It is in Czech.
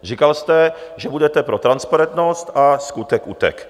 Říkal jste, že budete pro transparentnost, a skutek utek!